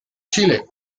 chile